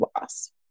loss